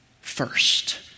First